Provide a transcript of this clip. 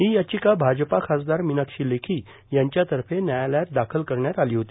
ही याचिका भाजपा खासदार मीनाक्षी लेखी यांच्यातर्फे न्यायालयात दाखल करण्यात आली होती